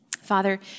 Father